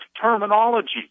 terminology